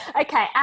okay